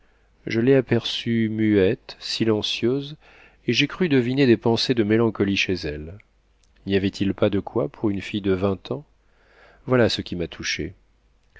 je l'ai aperçue muette silencieuse et j'ai cru deviner des pensées de mélancolie chez elle n'y avait-il pas de quoi pour une fille de vingt ans voilà ce qui m'a touché